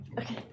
okay